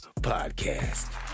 podcast